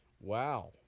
wow